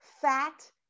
fat